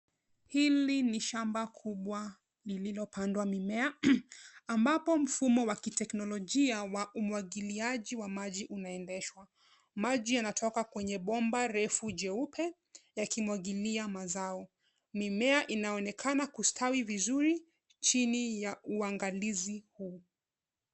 Hili ni shamba kubwa lililopandwa mimea ambapo mfumo wa kiteknolojia wa umwangiliaji wa maji umeendeshwa. Maji yanatoka kwenye bomba refu jeupe yakimwangilia mazao. Mimea inaonekana kustawi vizuri chini ya uangalizi huu.